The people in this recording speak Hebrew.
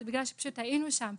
זה פשוט בגלל שהיינו שם.